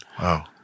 Wow